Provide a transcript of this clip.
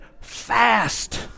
fast